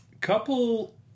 Couple